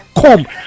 come